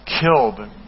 killed